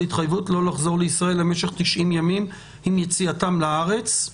התחייבות לא לחזור לישראל למשך 90 ימים עם יציאתם לארץ.